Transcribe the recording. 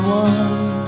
one